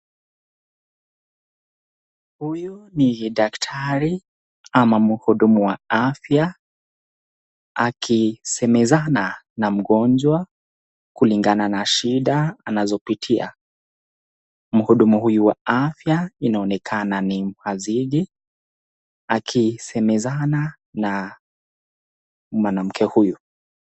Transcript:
Huyu nj daktari ama mhudumu wa afya akisemezana na mgonjwa kulingana na shida anazopitia. Mhudumu huyu wa afya anaonekana ni mhazidi akisemezana na mwanamke huyu.